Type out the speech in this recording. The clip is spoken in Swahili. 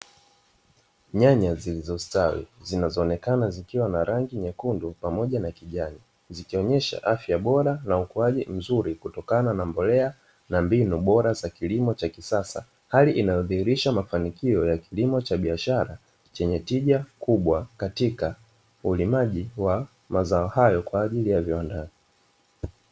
Nyanya zilizostawi zinazoonekana zikiwa na rangi nyekundu pamoja na kijani; zikionyesha afya bora na ukuaji mzuri kutokana na mbolea na mbinu bora za kilimo cha kisasa, hali inayoshirisha mafanikio ya kilimo cha biashara chenye tija kubwa katika ulimaji wa mazao hayo kwa ajili ya viwandani.